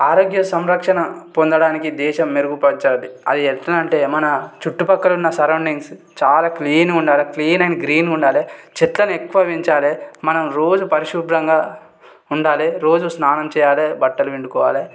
ఆరోగ్య సంరక్షణ పొందడానికి దేశం మెరుగుపరచాలి అవి ఎలానంటే మన చుట్టు ప్రక్కల ఉన్న సరౌండింగ్స్ చాలా క్లీన్గా ఉండాలి క్లీన్ అండ్ గ్రీన్గా ఉండాలి చెట్లని ఎక్కువ పెంచాలి మనం రోజు పరిశుభ్రంగా ఉండాలి రోజు స్నానం చేయాలి బట్టలు పిండుకోవాలి